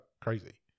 crazy